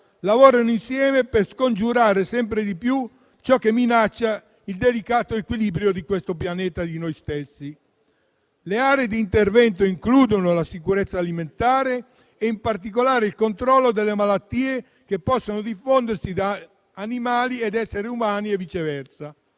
lavorino insieme per scongiurare sempre di più ciò che minaccia il delicato equilibrio di questo pianeta e di noi stessi. Le aree di intervento includono la sicurezza alimentare e, in particolare, il controllo delle malattie che possono diffondersi da animali a esseri umani e viceversa.